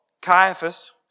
Caiaphas